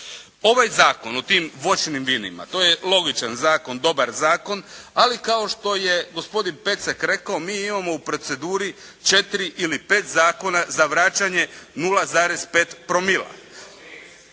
Ovaj zakon o tim voćnim vinima. To je logičan zakon, dobar zakon, ali kao što je gospodin Pecek rekao mi imamo u proceduri 4 ili 5 zakona za vraćanje 0,5 promila.